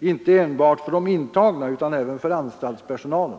inte enbart för de intagna utan även för anstaltspersonalen.